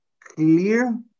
clear